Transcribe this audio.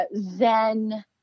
Zen